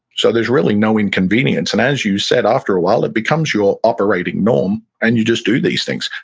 so there's really no inconvenience and as you said, after a while it becomes your operating norm and you just do these things.